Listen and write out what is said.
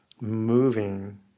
moving